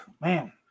man